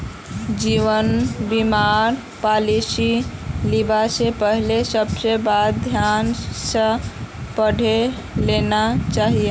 जीवन बीमार पॉलिसीस लिबा स पहले सबला बात ध्यान स पढ़े लेना चाहिए